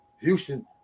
Houston